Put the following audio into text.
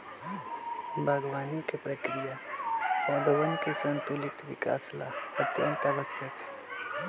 बागवानी के प्रक्रिया पौधवन के संतुलित विकास ला अत्यंत आवश्यक हई